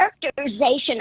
characterization